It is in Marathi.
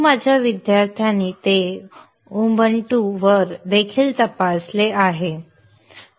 माझ्या विद्यार्थ्यांनी ते उबंटूवर देखील तपासले आहे